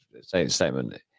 statement